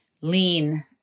lean